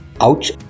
Ouch